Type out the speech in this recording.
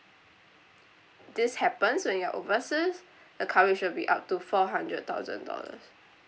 this happens when you're overseas the coverage will be up to four hundred thousand dollars